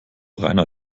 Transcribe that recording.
reiner